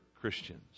Christians